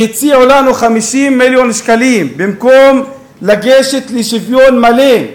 והציעו לנו 50 מיליון שקלים במקום לגשת לשוויון מלא,